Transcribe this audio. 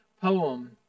poem